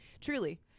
truly